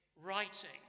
writing